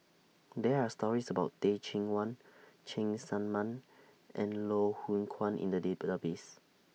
There Are stories about Teh Cheang Wan Cheng Tsang Man and Loh Hoong Kwan in The Database